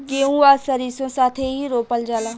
गेंहू आ सरीसों साथेही रोपल जाला